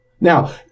now